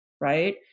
right